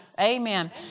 Amen